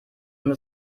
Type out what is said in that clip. und